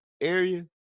area